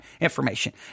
information